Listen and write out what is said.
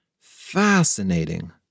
Fascinating